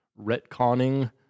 retconning